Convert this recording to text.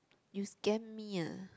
you scam me ah